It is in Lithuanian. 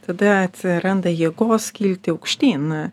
tada atsiranda jėgos kilti aukštyn